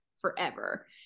forever